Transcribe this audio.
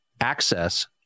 access